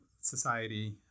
society